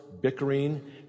bickering